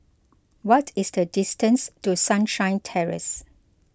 what is the distance to Sunshine Terrace